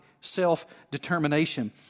self-determination